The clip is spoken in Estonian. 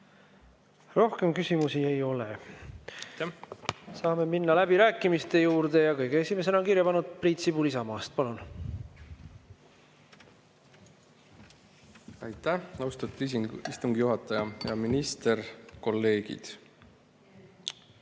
Rohkem küsimusi ei ole. Saame minna läbirääkimiste juurde ja kõige esimesena on end kirja pannud Priit Sibul Isamaast. Palun! Aitäh, austatud istungi juhataja! Hea minister! Kolleegid!